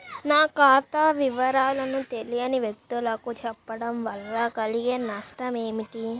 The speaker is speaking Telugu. నా ఖాతా వివరాలను తెలియని వ్యక్తులకు చెప్పడం వల్ల కలిగే నష్టమేంటి?